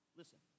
listen